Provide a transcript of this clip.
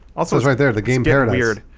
also is right there the game guarantee eared?